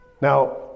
Now